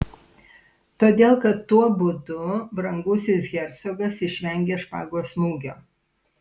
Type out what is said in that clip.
todėl kad tuo būdu brangusis hercogas išvengia špagos smūgio